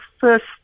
first